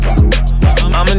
I'ma